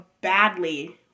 badly